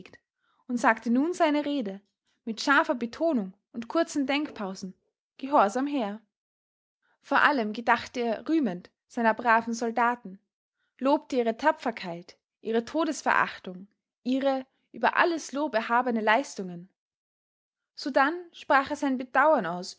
und sagte nun seine rede mit scharfer betonung und kurzen denkpausen gehorsam her vor allem gedachte er rühmend seiner braven soldaten lobte ihre tapferkeit ihre todesverachtung ihre über alles lob erhabenen leistungen sodann sprach er sein bedauern aus